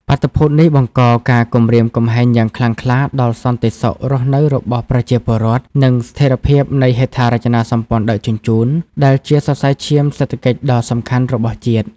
បាតុភូតនេះបង្កការគំរាមកំហែងយ៉ាងខ្លាំងក្លាដល់សន្តិសុខរស់នៅរបស់ប្រជាពលរដ្ឋ និងស្ថិរភាពនៃហេដ្ឋារចនាសម្ព័ន្ធដឹកជញ្ជូន ដែលជាសរសៃឈាមសេដ្ឋកិច្ចដ៏សំខាន់របស់ជាតិ។